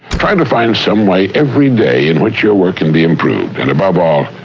try to find some way every day in which your work can be improved, and above all,